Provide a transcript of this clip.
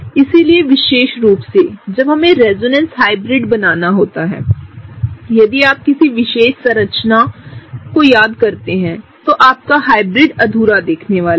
इसलिए विशेष रूप से जब हमें रेजोनेंस हाइब्रिड बनाना होता है यदि आप किसी विशेष रेजोनेंस संरचना को याद करते हैं तो आपका हाइब्रिड अधूरा दिखने वाला है